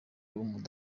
w’amaguru